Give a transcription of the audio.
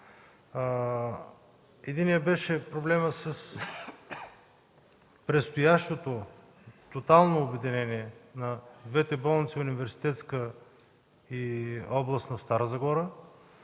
Единият беше проблемът с предстоящото тотално обединение на двете болници – Университетска и Областна в Стара Загора.